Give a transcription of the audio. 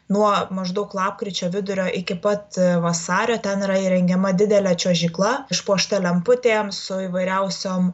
nuo maždaug lapkričio vidurio iki pat vasario ten yra įrengiama didelė čiuožykla išpuošta lemputėm su įvairiausiom